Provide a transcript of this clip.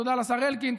תודה לשר אלקין,